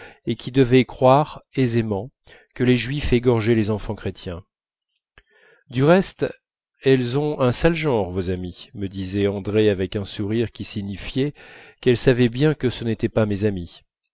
et qui devaient croire aisément que les juifs égorgeaient les enfants chrétiens du reste elles ont un sale genre vos amies me disait andrée avec un sourire qui signifiait qu'elle savait bien que ce n'était pas mes amies